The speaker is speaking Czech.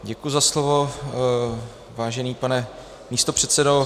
Děkuji za slovo, vážený pane místopředsedo.